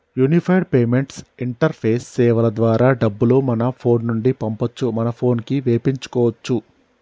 unified payments interface సేవల ద్వారా డబ్బులు మన ఫోను నుండి పంపొచ్చు మన పోనుకి వేపించుకోచ్చు